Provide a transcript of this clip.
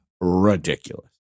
ridiculous